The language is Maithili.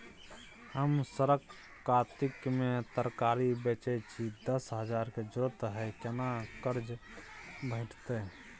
हम सरक कातिक में तरकारी बेचै छी, दस हजार के जरूरत हय केना कर्जा भेटतै?